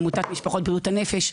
מעמותת משפחות בריאות הנפש,